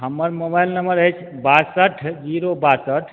हमर mobile number अछि बासठि जीरो बासठि